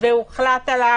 הוא רגיש מדי גם